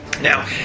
Now